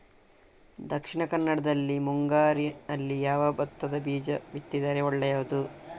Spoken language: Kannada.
ದಕ್ಷಿಣ ಕನ್ನಡದಲ್ಲಿ ಮುಂಗಾರಿನಲ್ಲಿ ಯಾವ ಭತ್ತದ ಬೀಜ ಬಿತ್ತಿದರೆ ಒಳ್ಳೆಯದು?